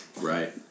Right